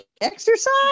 exercise